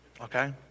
okay